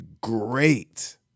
great